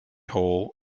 hall